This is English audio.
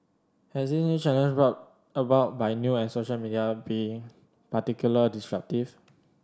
has this new challenge brought about by new and social media been particular disruptive